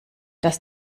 dass